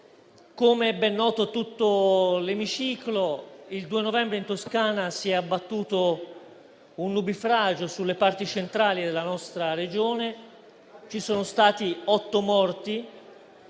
Come è ben noto a tutto l'Emiciclo, il 2 novembre si è abbattuto un nubifragio sulle parti centrali della nostra Regione. Ci sono stati otto morti